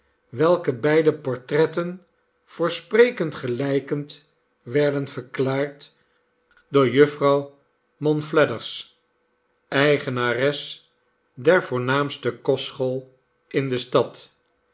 welke beide portretten voor sprekend gelijkend werden verklaard door jufvrouw monflathers eigenares der voornaamste kostschool in de stad